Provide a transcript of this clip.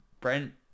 Brent